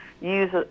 use